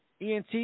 ENT